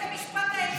בית המשפט העליון מגן.